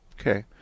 Okay